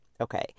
okay